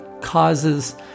causes